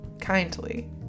kindly